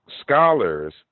scholars